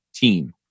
team